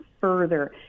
further